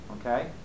okay